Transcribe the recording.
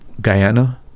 Guyana